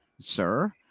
sir